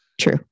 True